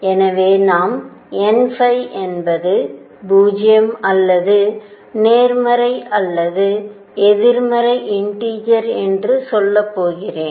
எனவே நான் nஎன்பது 0 அல்லது நேர்மறை அல்லது எதிர்மறை இண்டீஜர் என்று சொல்லப்போகிறேன்